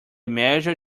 measure